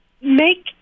make